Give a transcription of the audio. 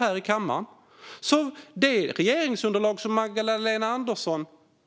Magdalena Anderssons regeringsunderlag